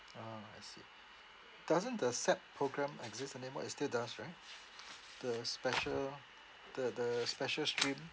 ah I see doesn't the SAP programme exist anymore it still does right the special the the special stream